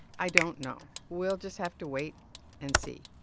i don't know. we'll just have to wait and see.